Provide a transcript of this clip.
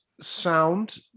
sound